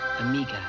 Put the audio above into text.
Amiga